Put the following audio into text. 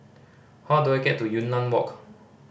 how do I get to Yunnan Walk